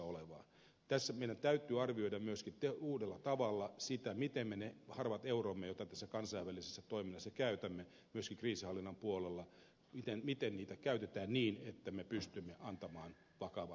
tässä meidän täytyy arvioida myöskin uudella tavalla sitä miten me niitä harvoja eurojamme joita tässä kansainvälisessä toiminnassa käytämme myöskin kriisinhallinnan puolella käytämme niin että me pystymme antamaan vakavan panoksen